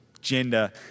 Gender